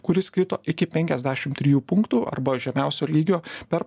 kuris kito iki penkiasdešim trijų punktų arba žemiausio lygio per